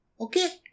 Okay